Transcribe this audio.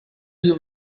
you